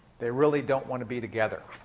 they really don't want to be together.